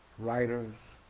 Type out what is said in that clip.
writers.